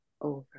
over